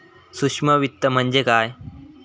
सूक्ष्म वित्त म्हणजे काय?